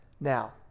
Now